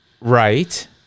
Right